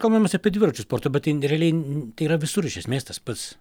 kalbam mes apie dviračių sportą bet tai realiai tai yra visur iš esmės tas pats